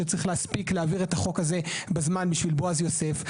שצריך להספיק להעביר את החוק הזה בזמן בשביל בועז יוסף.